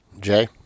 Jay